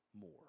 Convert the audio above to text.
more